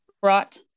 brought